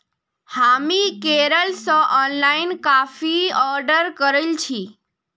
हामी केरल स online coffee order करील छि